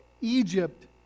Egypt